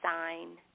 sign